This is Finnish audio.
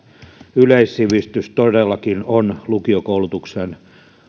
yleissivistys todellakin on lukiokoulutuksen